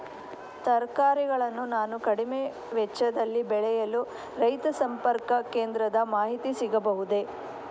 ತರಕಾರಿಗಳನ್ನು ನಾನು ಕಡಿಮೆ ವೆಚ್ಚದಲ್ಲಿ ಬೆಳೆಯಲು ರೈತ ಸಂಪರ್ಕ ಕೇಂದ್ರದ ಮಾಹಿತಿ ಸಿಗಬಹುದೇ?